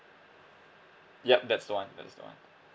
yup that's the one that's the one